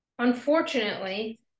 Unfortunately